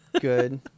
good